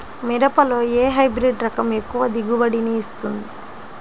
మిరపలో ఏ హైబ్రిడ్ రకం ఎక్కువ దిగుబడిని ఇస్తుంది?